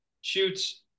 shoots